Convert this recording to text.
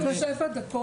יש לנו שבע דקות.